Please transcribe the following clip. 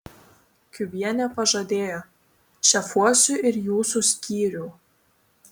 kiubienė pažadėjo šefuosiu ir jūsų skyrių